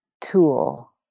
tool